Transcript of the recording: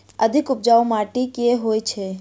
अधिक उपजाउ माटि केँ होइ छै?